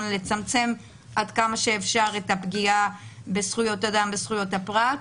לצמצם עד כמה שאפשר את הפגיעה בזכויות האדם ובזכויות הפרט,